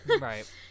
right